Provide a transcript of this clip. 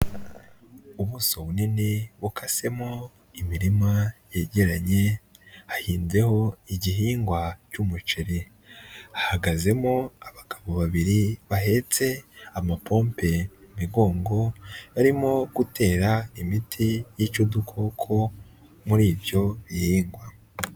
Ubuso bunini, bukasemo imirima yegeranye, hahinmbyeho igihingwa cy'umuceri, hahagazemo abagabo babiri bahetse amapompe mu migongo, barimo gutera imiti y'icadukoko muri ibyo bihingwa.